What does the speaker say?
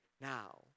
now